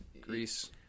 Greece